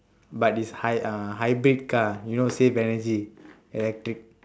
but is hey hy~ hybrid car you know save energy electric